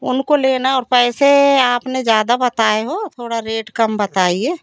उनको लेना है और पैसे आपने ज़्यादा बताए हो थोड़ा रेट कम बताइए